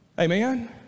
Amen